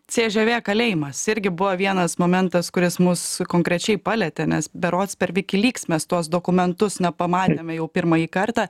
cžv kalėjimas irgi buvo vienas momentas kuris mus konkrečiai palietė nes berods per wikileaks mes tuos dokumentus na pamatėme jau pirmąjį kartą